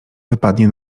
wypadnie